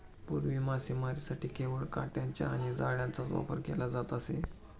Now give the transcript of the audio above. पूर्वी मासेमारीसाठी केवळ काटयांचा आणि जाळ्यांचाच वापर केला जात असे